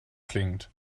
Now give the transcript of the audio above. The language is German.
klingt